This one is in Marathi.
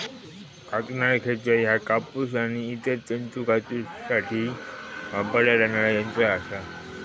कातणारा खेचर ह्या कापूस आणि इतर तंतू कातूसाठी वापरला जाणारा यंत्र असा